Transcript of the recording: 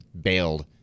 bailed